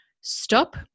Stop